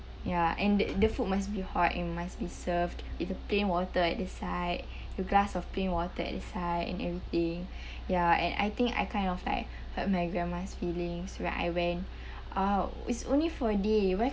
ya and the food must be hot and must be served with the plain water at the side the glass of plain water at the side and everything ya and I think I kind of like hurt my grandma's feelings where I went out it's only for a day where